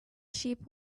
sheep